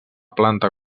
planta